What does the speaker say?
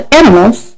animals